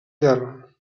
terra